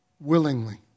Willingly